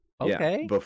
Okay